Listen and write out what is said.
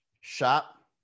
shop